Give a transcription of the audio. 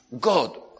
God